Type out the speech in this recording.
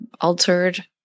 altered